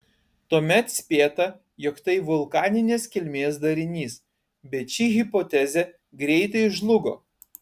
tuomet spėta jog tai vulkaninės kilmės darinys bet ir ši hipotezė greitai žlugo